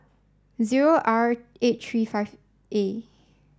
zero R eight three five A